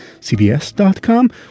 cbs.com